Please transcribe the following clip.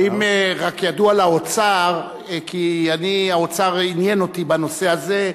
האם רק ידוע לאוצר, האוצר עניין אותי בנושא הזה,